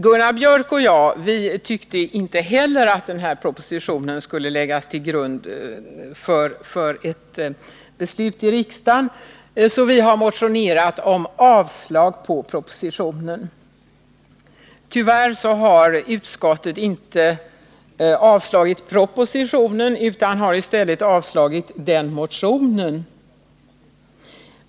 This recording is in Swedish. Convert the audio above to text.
Gunnar Biörck i Värmdö och jag tyckte inte heller att den här propositionen skulle läggas till grund för ett beslut i riksdagen. Vi har därför motionerat om avslag på propositionen. Tyvärr har utskottet inte avstyrkt propositionen utan i stället vår motion.